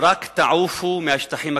רק תעופו מהשטחים הכבושים.